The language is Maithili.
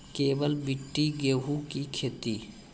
केवल मिट्टी गेहूँ की खेती?